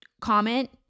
comment